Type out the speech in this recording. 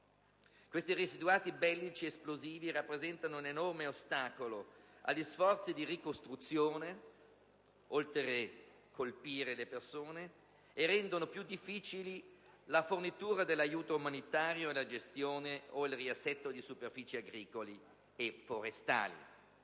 Questi residuati bellici esplosivi rappresentano un enorme ostacolo agli sforzi di ricostruzione, oltre a colpire le persone, e rendono più difficili la fornitura dell'aiuto umanitario e la gestione o il riassetto di superfici agricole e forestali.